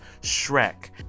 shrek